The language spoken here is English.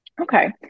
Okay